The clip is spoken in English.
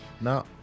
No